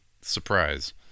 Surprise